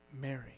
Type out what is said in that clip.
Mary